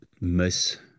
miss